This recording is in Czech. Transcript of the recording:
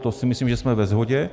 To si myslím, že jsme ve shodě.